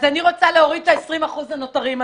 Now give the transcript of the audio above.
אז אני רוצה להוריד את ה-20% הנותרים,